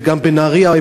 וגם בנהרייה.